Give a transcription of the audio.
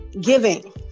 giving